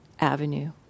avenue